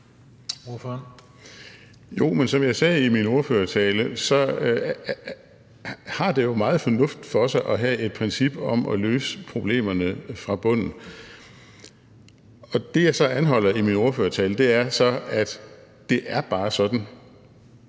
som jeg sagde i min ordførertale, har det jo meget fornuft for sig at have et princip om at løse problemerne fra bunden. Det, jeg anholder i min ordførertale, er, at det bare er sådan,